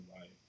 life